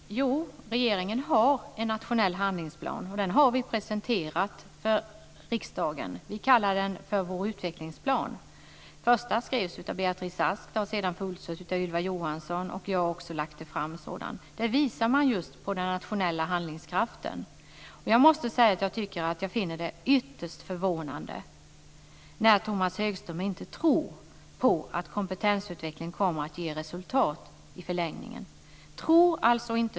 Fru talman! Jo, regeringen har en nationell handlingsplan, och den har vi presenterat för riksdagen. Vi kallar den för vår utvecklingsplan. Den första skrevs av Beatrice Ask. Detta har sedan följts av Ylva Johansson, och jag har också lagt fram en sådan. Där visar man just på den nationella handlingskraften. Jag måste säga att jag finner det ytterst förvånande när Tomas Högström inte tror att kompetensutveckling kommer att ge resultat i förlängningen.